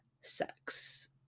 sex